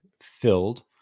filled